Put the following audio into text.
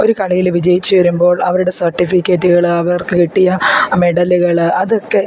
ഒരു കളിയിൽ വിജയിച്ചു വരുമ്പോൾ അവരുടെ സർട്ടിഫിക്കറ്റുകൾ അവർക്കു കിട്ടിയ മെഡലുകൾ അതൊക്കെ